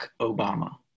Obama